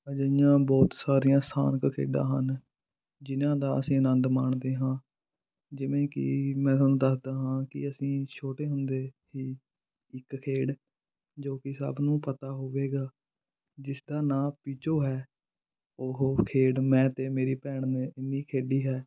ਅਜਿਹੀਆਂ ਬਹੁਤ ਸਾਰੀਆਂ ਸਥਾਨਕ ਖੇਡਾਂ ਹਨ ਜਿਹਨਾਂ ਦਾ ਅਸੀਂ ਆਨੰਦ ਮਾਣਦੇ ਹਾਂ ਜਿਵੇਂ ਕਿ ਮੈਂ ਤੁਹਾਨੂੰ ਦੱਸਦਾ ਹਾਂ ਕਿ ਅਸੀਂ ਛੋਟੇ ਹੁੰਦੇ ਹੀ ਇੱਕ ਖੇਡ ਜੋ ਕਿ ਸਭ ਨੂੰ ਪਤਾ ਹੋਵੇਗਾ ਜਿਸਦਾ ਨਾਂ ਪੀਚੋ ਹੈ ਉਹ ਖੇਡ ਮੈਂ ਅਤੇ ਮੇਰੀ ਭੈਣ ਨੇ ਇੰਨੀ ਖੇਡੀ ਹੈ